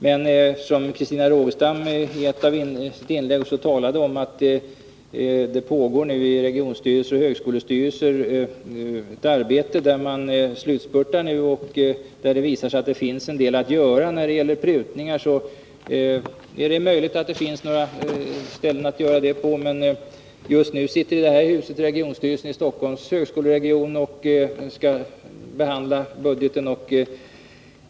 Men — Christina Rogestam nämnde det också själv — inom regionstyrelser och högskolestyrelser befinner man sig i slutspurten med sitt budgetarbete, där det visar sig att det finns en del att göra när det gäller prutningar. Det är möjligt att det i vissa avseenden är möjligt att göra sådana. Just nu finns i det här huset representanter för regionstyrelsen i Stockholms högskoleregion för att behandla budgeten.